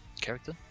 character